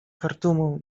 chartumu